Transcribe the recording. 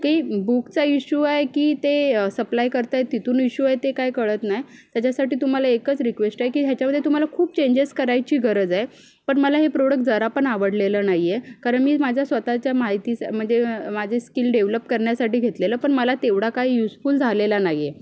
की बुकचा इशू आहे की ते सप्लाय करत आहे तिथून इशू आहे ते काही कळत नाही त्याच्यासाठी तुम्हाला एकच रिक्वेष्ट आहे की ह्याच्यामध्ये तुम्हाला खूप चेंजेस करायची गरज आहे पण मला हे प्रोडक जरा पण आवडलेलं नाही आहे कारण मी माझ्या स्वतःच्या माहितीसा म्हणजे माझे स्किल डेव्हलप करण्यासाठी घेतलेलं पण मला तेवढा काही युजफूल झालेला नाही आहे